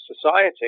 society